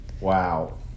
wow